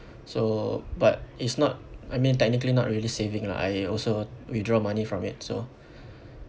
so but it's not I mean technically not really saving lah I also withdraw money from it so